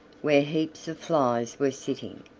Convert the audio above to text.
where heaps of flies were sitting,